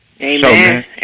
Amen